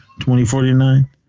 2049